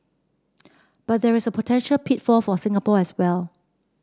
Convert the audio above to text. but there is a potential pitfall for Singapore as well